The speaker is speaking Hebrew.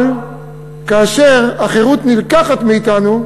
אבל כאשר החירות נלקחת מאתנו,